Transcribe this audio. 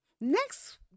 next